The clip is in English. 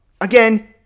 Again